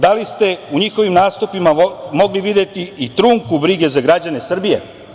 Da li ste u njihovim nastupima mogli videti i trunku brige za građe Srbije?